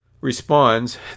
responds